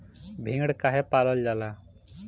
भेड़ काहे पालल जाला?